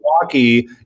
Milwaukee